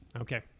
Okay